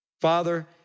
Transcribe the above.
Father